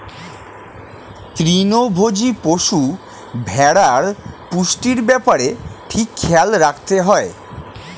তৃণভোজী পশু, ভেড়ার পুষ্টির ব্যাপারে ঠিক খেয়াল রাখতে হয়